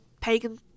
pagan